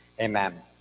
Amen